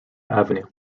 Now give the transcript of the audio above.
avenue